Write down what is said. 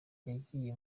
yagiye